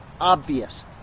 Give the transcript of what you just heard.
obvious